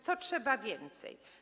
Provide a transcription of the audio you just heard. Co trzeba więcej?